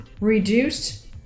Reduced